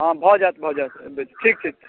हँ भऽ जाएत भऽ जाएत अएबै तऽ ठीक छै